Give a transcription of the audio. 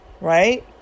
right